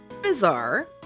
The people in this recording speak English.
bizarre